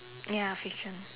ya fiction